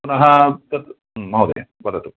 पुनः तत् महोदय वदतु